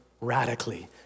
radically